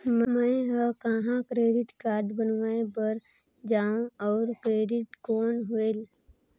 मैं ह कहाँ क्रेडिट कारड बनवाय बार जाओ? और क्रेडिट कौन होएल??